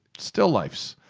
still lifes